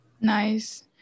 nice